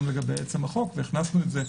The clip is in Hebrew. גם לגבי עצם החוק והכנסנו את זה.